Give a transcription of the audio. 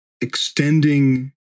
extending